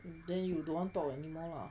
then you don't want talk anymore lah